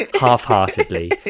half-heartedly